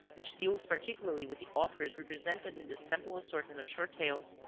which deals particularly with the authors represented in this sample assortment of short tales,